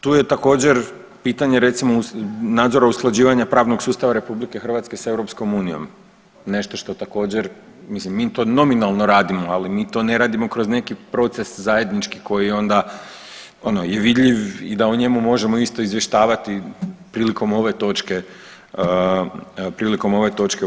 Tu je također pitanje recimo nadzora usklađivanja pravnog sustava RH s EU, nešto što također, mislim mi to nominalno radimo, ali mi to ne radimo kroz neki proces zajednički koji onda ono je vidljiv i da o njemu možemo isto izvještavati priliko ove točke u HS-u.